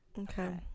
okay